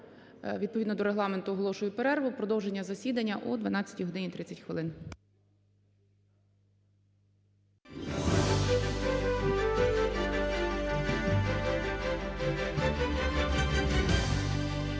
відповідно до Регламенту оголошую перерву. Продовження засідання о 12 годині 30 хвилин.